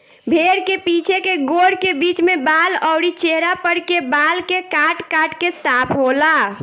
भेड़ के पीछे के गोड़ के बीच में बाल अउरी चेहरा पर के बाल के काट काट के साफ होला